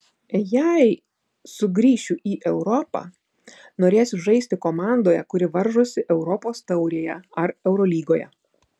jei sugrįšiu į europą norėsiu žaisti komandoje kuri varžosi europos taurėje ar eurolygoje